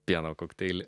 pieno kokteilį